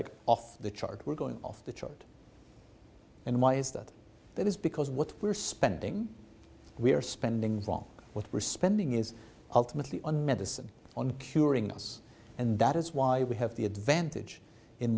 like off the chart we're going off the chart and why is that that is because what we're spending we're spending wrong with responding is ultimately on medicine on curing us and that is why we have the advantage in